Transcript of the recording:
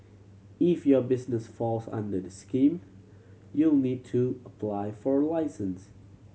if your business falls under this scheme you'll need to apply for a license